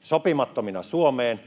sopimattomina Suomeen.